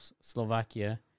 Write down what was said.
Slovakia